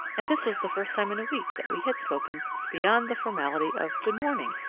and this was the first time in a week that we had spoken beyond the formality of good morning!